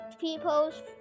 people's